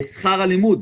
את שכר הלימוד.